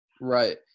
Right